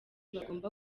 bagomba